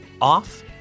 off